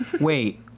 Wait